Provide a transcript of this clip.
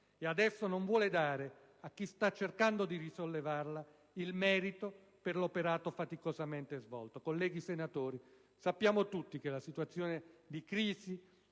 e adesso non vuole dare a chi sta cercando di risollevarla il merito per l'operato faticosamente svolto. Colleghi senatori, sappiamo tutti che la situazione di crisi